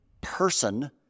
person